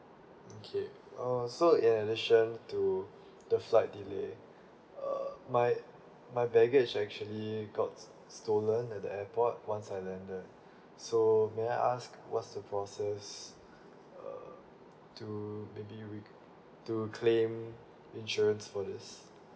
okay uh so in addition to the flight delay uh my my baggage were actually got stolen at the airport once I landed so may I ask what's the process uh to maybe you to claim insurance for this